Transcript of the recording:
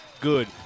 good